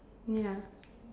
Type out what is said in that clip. ya